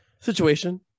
Situation